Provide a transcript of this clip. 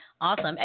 Awesome